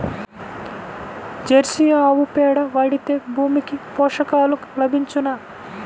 Jersey ఆవు పేడ వాడితే భూమికి పోషకాలు లభించునా?